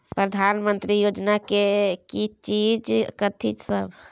प्रधानमंत्री योजना की चीज कथि सब?